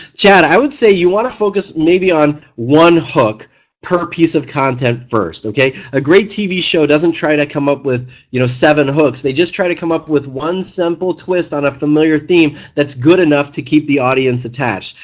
yeah i would say you want to focus maybe on one hook per piece of content first. a great tv show doesn't try to come up with you know seven hooks, they just try to come up with one simple twist on a familiar theme that's good enough to keep the audience attached.